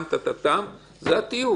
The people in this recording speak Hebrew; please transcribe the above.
זה התיוג.